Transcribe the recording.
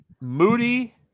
Moody